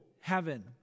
heaven